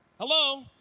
hello